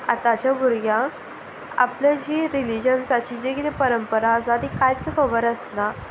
आतांच्या भुरग्यांक आपल्या जी रिलीजन्साची जी किदें परंपरा आसा ती कांयच खबर आसना